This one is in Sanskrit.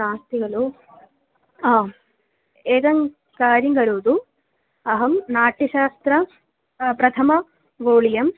नास्ति खलु आम् एकं कार्यं करोतु अहं नाट्यशास्त्रं प्रथमं गोळियं